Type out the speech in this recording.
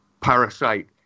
Parasite